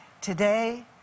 today